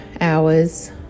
hours